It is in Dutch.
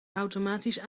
automatisch